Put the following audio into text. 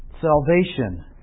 Salvation